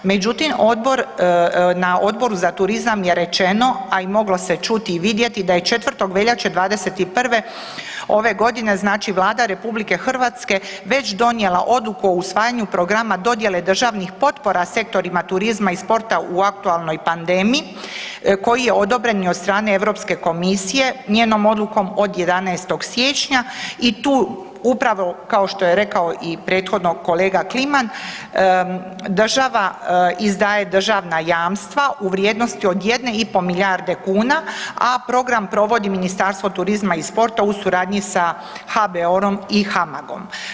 Međutim odbor, na Odboru za turizam je rečeno, a i moglo se čut i vidjeti da je 4. veljače '21. ove godine znači Vlada RH već donijela odluku o usvajanju programa dodjele državnih potpora sektorima turizma i sporta u aktualnoj pandemiji koji je odobren i od strane Europske komisije njenom odlukom od 11. siječnja i tu upravo kao što je rekao i prethodno kolega Kliman, država izdaje državna jamstva u vrijednosti od jedne i po milijarde kuna, a program provodi Ministarstvo turizma i sporta u suradnji sa HBOR-om i HAMAG-om.